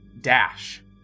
dash